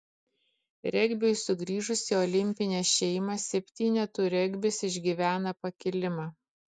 regbiui sugrįžus į olimpinę šeimą septynetų regbis išgyvena pakilimą